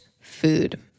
food